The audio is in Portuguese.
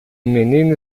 menino